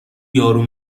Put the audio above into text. یارو